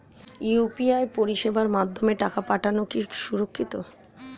UPI পরিষেবার মাধ্যমে টাকা পাঠানো কি সুরক্ষিত?